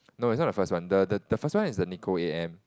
no it's not the first one the the the first one is the Nicole a_m